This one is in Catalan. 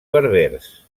berbers